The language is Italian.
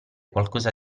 qualcosa